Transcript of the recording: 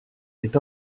est